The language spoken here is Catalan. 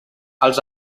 els